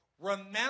Remember